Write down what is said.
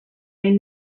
may